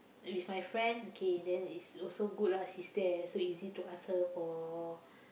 with my friend okay then it's also good lah she's there so easy to ask her for